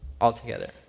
altogether